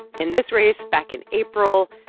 in this race back in april,